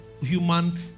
human